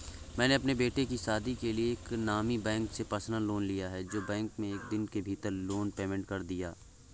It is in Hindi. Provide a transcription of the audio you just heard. मैंने अपने बेटे की शादी के लिए एक नामी बैंक से पर्सनल लोन लिया है जो बैंक ने एक दिन के भीतर लोन पेमेंट कर दिया